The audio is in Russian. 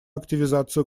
активизацию